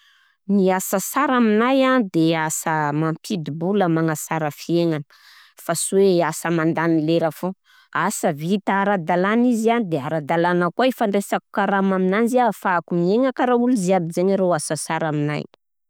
Ny asa sara aminay a, de asa mampidi-bola magnasara fiaignana fa sy hoe asa mandany lera foana, asa vita ara-dàlana izy a de ara-dàlana koa i fandraisako karama aminanjy a ahafahako miaigna karaha olo ziaby, zaigny arô asa sara aminay.